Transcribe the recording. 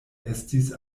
estis